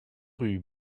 rue